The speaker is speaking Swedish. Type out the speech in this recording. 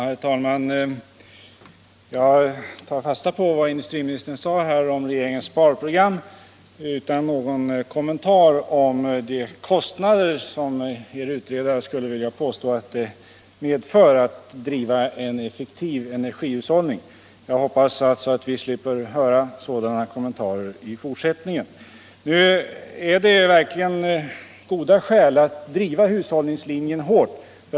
Herr talman! Jag tar fasta på vad industriministern sade om regeringens sparprogram. Där fanns inga uttalanden om att det kostar för mycket att bedriva en effektiv energihushållning. Jag hoppas alltså att vi slipper höra sådana påståenden i fortsättningen. Det finns verkligen goda skäl för att driva hushållningslinjen hårt.